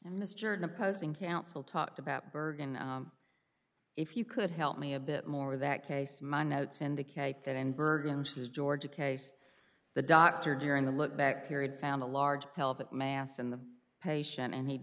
and this journey opposing counsel talked about bergen if you could help me a bit more that case my notes indicate that in bergen says georgia case the doctor during the lookback period found a large pelvic mass in the patient and he